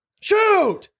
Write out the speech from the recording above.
shoot